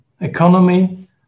economy